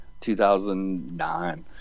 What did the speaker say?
2009